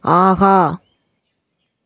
ஆஹா